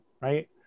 right